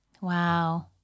Wow